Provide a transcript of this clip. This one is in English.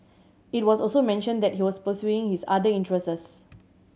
it was also mentioned that he was pursuing his other interests